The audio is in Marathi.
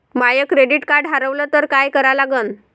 माय क्रेडिट कार्ड हारवलं तर काय करा लागन?